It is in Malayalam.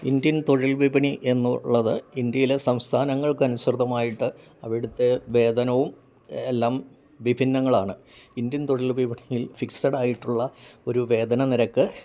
ഇന്ത്യൻ തൊഴിൽ വിപണി എന്നുള്ളത് ഇന്ത്യയിലെ സംസ്ഥാനങ്ങൾക്കനുസൃതമായിട്ട് അവിടുത്തെ വേതനവും എല്ലാം വിഭിന്നങ്ങളാണ് ഇന്ത്യൻ തൊഴിൽ വിപണിയിൽ ഫിക്സഡായിട്ടുള്ള ഒരു വേതന നിരക്ക്